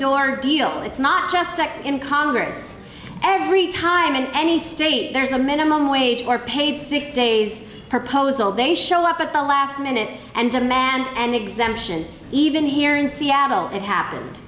door deal it's not just in congress every time in any state there's a minimum wage or paid sick days proposal they show up at the last minute and demand an exemption even here in seattle it happened